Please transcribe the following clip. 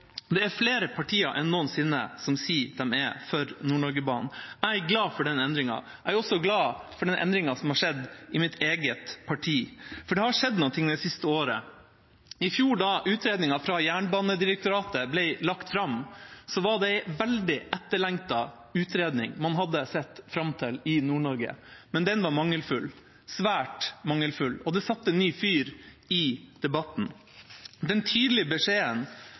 Det er flere partier enn noensinne som sier at de er for Nord-Norge-banen. Jeg er glad for den endringen. Jeg er også glad for den endringen som har skjedd i mitt eget parti. For det har skjedd noe det siste året. I fjor, da utredningen fra Jernbanedirektoratet ble lagt fram, var det en veldig etterlengtet utredning som man hadde sett fram til i Nord-Norge. Men den var mangelfull, svært mangelfull, og det satte ny fyr i debatten. Den tydelige beskjeden